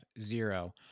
zero